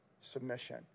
submission